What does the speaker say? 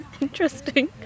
interesting